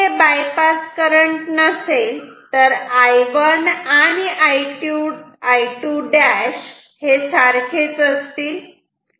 जर हे bypass current नसेल तर I1 आणि I2' हे सारखेच असतील